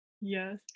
Yes